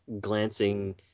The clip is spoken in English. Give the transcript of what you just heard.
glancing